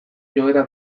joera